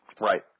Right